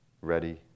ready